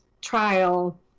trial